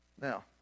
Now